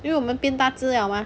因为我们变大只了嘛